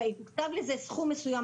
ונותב לזה סכום מסוים,